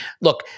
Look